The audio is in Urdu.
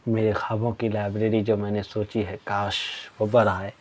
میرے خوابوں کی لائبریری جو میں نے سوچی ہے کاش وہ بر آئے